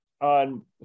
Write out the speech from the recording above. on